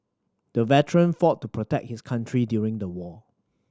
the veteran fought to protect his country during the war